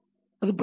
அது பதிலளிக்கும்